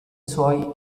suoi